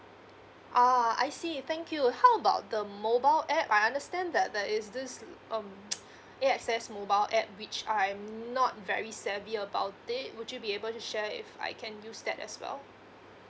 oh I see thank you how about the mobile app I understand that the is this um A_X_S mobile app which I'm not very savvy about it would you be able to share if I can use that as well